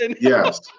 Yes